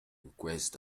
request